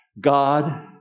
God